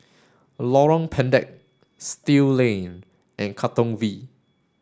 Lorong Pendek Still Lane and Katong V